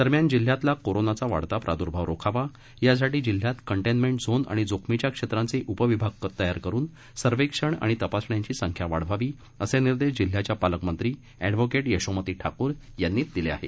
दरम्यान जिल्ह्यातला कोरोनाचा वाढता प्रादर्भाव रोखावा यासाठी जिल्ह्यात कंटेनमेंट झोन आणि जोखमीच्या क्षेत्रांपे उपविभाक तयार करून सर्वेक्षण आणि तपासण्यांची संख्या वाढवावी असे निदेश जिल्ह्याच्या पालकमंत्री अखिहोकेट यशोमती ठाकूर यांनी दिले आहेत